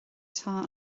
atá